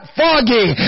foggy